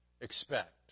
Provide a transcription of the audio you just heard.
expect